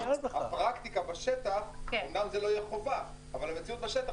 בפרקטיקה בשטח אמנם זה לא יהיה חובה אבל המציאות בשטח